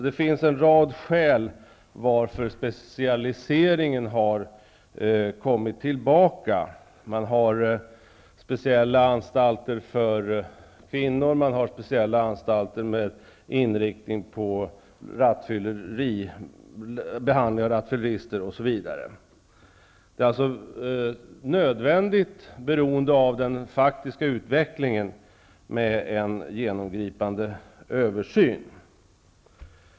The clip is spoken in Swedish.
Det finns en rad skäl till att specialiseringen kommit tillbaka. Man har speciella anstalter för kvinnor, man har speciella anstalter med inriktning på behandling av rattfyllerister osv. Det är således nödvändigt, beroende på den faktiska utvecklingen, med en genomgripande översyn.